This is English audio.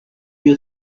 you